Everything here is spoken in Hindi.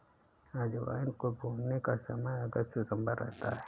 अजवाइन को बोने का समय अगस्त सितंबर रहता है